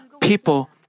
people